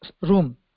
room